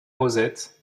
rosette